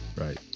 right